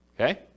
Okay